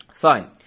Fine